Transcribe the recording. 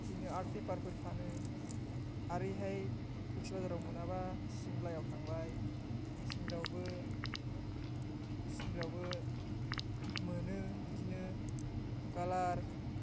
बिदिनो आर्ट पेपारफोर फानो आरो बेहाय लोखि बाजाराव मोनाबा सिमलायाव थांबाय सिमलायावबो मोनो बिदिनो कालार